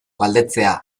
galdetzea